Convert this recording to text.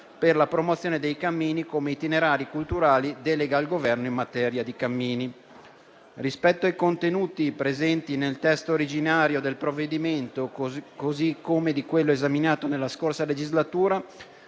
per la promozione dei cammini come itinerari culturali, delega al Governo in materia di cammini. Rispetto ai contenuti presenti nel testo originario del provvedimento, così come in quello esaminato nella scorsa legislatura,